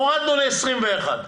הורדנו ל-21.